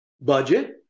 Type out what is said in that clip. budget